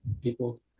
people